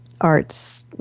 arts